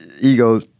ego